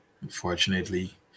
unfortunately